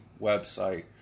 website